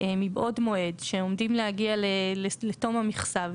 מבעוד מועד שהם עומדים להגיע לתום המכסה.